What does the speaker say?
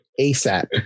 ASAP